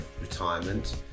retirement